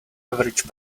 average